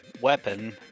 weapon